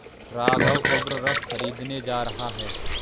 राघव उर्वरक खरीदने जा रहा है